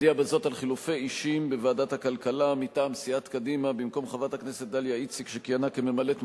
שבטעות הוא הצביע במקום חבר הכנסת ג'מאל